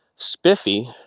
spiffy